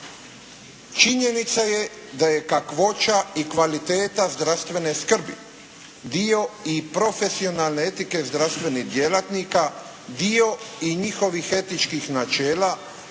Činjenica je da kakvoća i kvaliteta zdravstvene skrbi dio i profesionalne etike zdravstvenih djelatnika, dio i njihovih etičkih načela